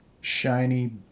shiny